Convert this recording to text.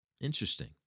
Interesting